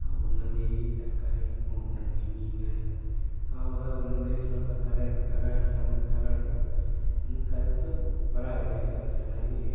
ಹಾಂ ಒಂದೊಂದೇ ತರಕಾರಿ ಹ್ಞೂ ಹ್ಞೂ ಹಿಂಗಿಂಗೆ ಅಂತ ಆವಾಗ ಒಂದೊಂದೇ ಸ್ವಲ್ಪ ತಲೆಗೆ ತಗೊಂಡು ತಗೊಂಡು ತಗೊಂಡು ಈಗ ಕಲಿತು ಪರವಾಗಿಲ್ಲ ಈವಾಗ ಚೆನ್ನಾಗಿಯೇ